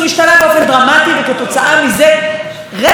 זה היה די ברור שזה לא קשת וערוץ 10. אבל לא,